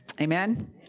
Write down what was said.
Amen